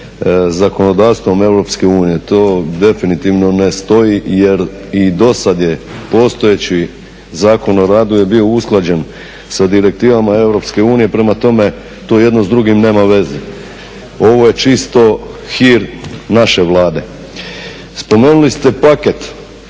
zakonodavstvom EU. To definitivno ne stoji jer i do sad je postojeći Zakon o radu je bio usklađen sa direktivama EU. Prema tome, to jedno s drugim nema veze. Ovo je čisto hir naše Vlade. Spomenuli ste paket